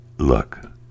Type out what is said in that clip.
look